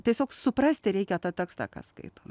tiesiog suprasti reikia tą tekstą ką skaitom